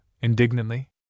indignantly